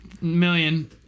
million